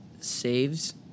saves